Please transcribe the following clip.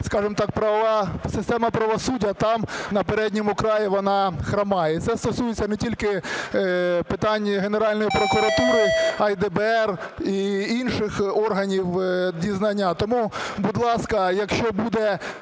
скажемо так, правова система правосуддя там, на передньому краї, вона хромає. І це стосується не тільки питань Генеральної прокуратури, а й ДБР, й інших органів дізнання. Тому, будь ласка, якщо буде,